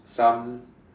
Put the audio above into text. some